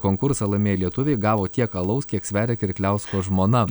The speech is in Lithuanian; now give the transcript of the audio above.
konkursą laimėję lietuviai gavo tiek alaus kiek sveria kirkliausko žmona